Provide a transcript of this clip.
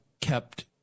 kept